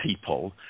people